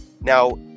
Now